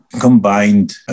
combined